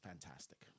fantastic